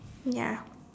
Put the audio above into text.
ya